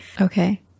Okay